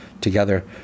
together